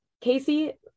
Casey